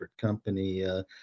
company